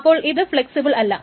അപ്പോൾ ഇത് ഫെളക്സിബിൾ അല്ല